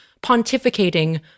pontificating